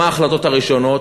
מה ההחלטות הראשונות?